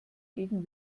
gegen